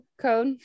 code